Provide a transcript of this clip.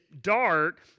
dark